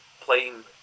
playing